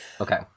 Okay